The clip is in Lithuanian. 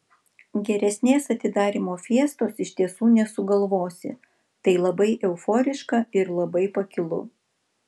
geresnės atidarymo fiestos iš tiesų nesugalvosi tai labai euforiška ir labai pakilu